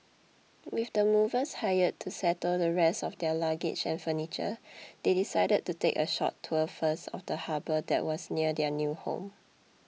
with the movers hired to settle the rest of their luggage and furniture they decided to take a short tour first of the harbour that was near their new home